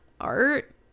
art